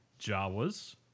Jawas